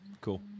Cool